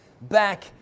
back